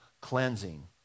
cleansing